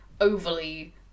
overly